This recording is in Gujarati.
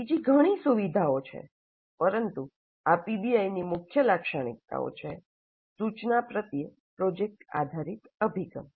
બીજી ઘણી સુવિધાઓ છે પરંતુ આ પીબીઆઈની મુખ્ય લાક્ષણિકતાઓ છે સૂચના પ્રત્યે પ્રોજેક્ટ આધારિત અભિગમ